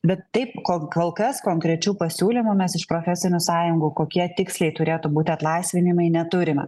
bet taip kol kol kas konkrečių pasiūlymų mes iš profesinių sąjungų kokie tiksliai turėtų būti atlaisvinimai neturime